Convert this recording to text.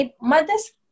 Mothers